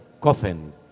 coffin